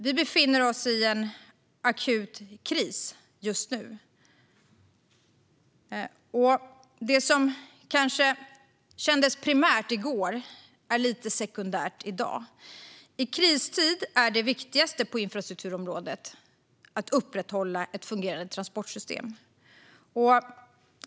Vi befinner oss just nu i en akut kris. Det som kanske kändes primärt i går är lite sekundärt i dag. I kristid är det viktigaste på infrastrukturområdet att upprätthålla ett fungerande transportsystem.